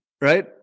right